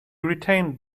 retained